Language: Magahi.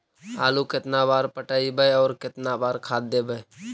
आलू केतना बार पटइबै और केतना बार खाद देबै?